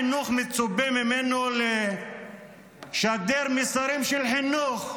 אז משר החינוך מצופה לשדר מסרים של חינוך,